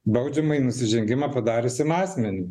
baudžiamąjį nusižengimą padariusiam asmeniui